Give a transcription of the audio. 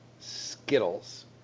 Skittles